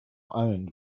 owned